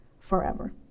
forever